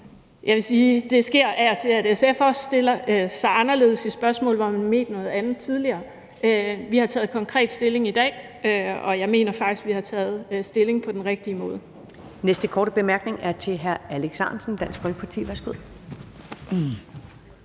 Jeg vil sige, det af og til sker, at SF også stiller sig anderledes i spørgsmål, hvor man har ment noget andet tidligere. Vi har taget konkret stilling i dag, og jeg mener faktisk, at vi har taget stilling på den rigtige måde.